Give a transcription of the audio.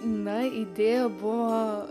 na idėja buvo